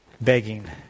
begging